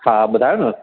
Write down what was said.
हा ॿुधायो न